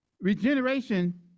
Regeneration